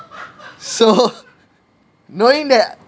so knowing that